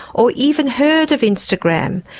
or even heard of instagram,